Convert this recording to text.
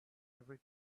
every